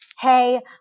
hey